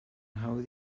hawdd